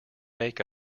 make